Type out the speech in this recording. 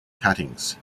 cuttings